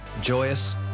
joyous